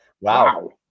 wow